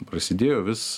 prasidėjo vis